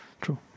true